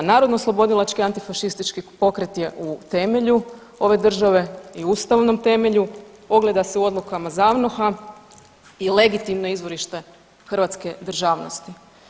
Narodnooslobodilački antifašistički pokret je u temelju ove države i ustavnom temelju, ogleda se u odlukama ZAVOH-a i legitimno izvorište hrvatske državnosti.